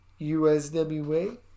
USWA